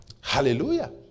Hallelujah